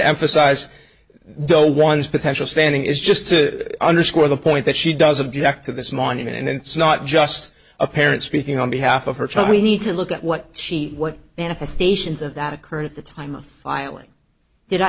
emphasize the ones potential standing is just to underscore the point that she does object to this morning and it's not just a parent speaking on behalf of her child we need to look at what she what manifestations of that occurred at the time of filing did i